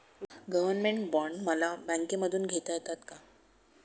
Government bond मला बँकेमधून घेता येतात का?